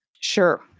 Sure